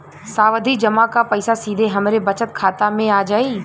सावधि जमा क पैसा सीधे हमरे बचत खाता मे आ जाई?